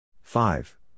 five